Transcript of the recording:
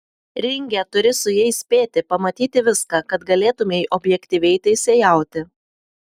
ringe turi su jais spėti pamatyti viską kad galėtumei objektyviai teisėjauti